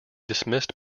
dismissed